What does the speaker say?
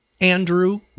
andrew